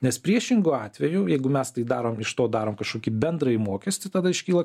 nes priešingu atveju jeigu mes tai darom iš to darom kažkokį bendrąjį mokestį tada iškyla